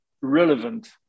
relevant